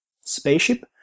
Spaceship